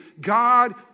God